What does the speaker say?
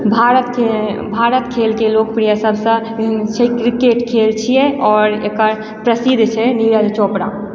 भारतके भारत खेलके लोकप्रिय सभसँ छै क्रिकेट खेल छियै आओर एकर प्रसिद्ध छै नीरज चोपड़ा